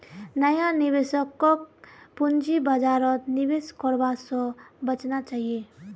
नया निवेशकक पूंजी बाजारत निवेश करवा स बचना चाहिए